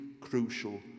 crucial